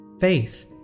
Faith